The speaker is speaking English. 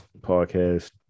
podcast